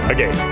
Okay